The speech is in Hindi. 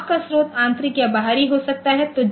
क्लॉक का स्रोत आंतरिक या बाहरी हो सकता है